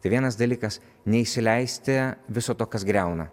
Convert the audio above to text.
tai vienas dalykas neįsileisti viso to kas griauna